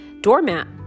doormat